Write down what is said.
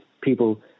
people